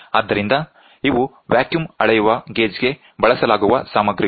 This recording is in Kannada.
ಆದ್ದರಿಂದ ಇವು ವ್ಯಾಕ್ಯೂಮ್ ಅಳೆಯುವ ಗೇಜ್ ಗೆ ಬಳಸಲಾಗುವ ಸಾಮಗ್ರಿಗಳು